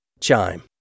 Chime